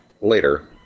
later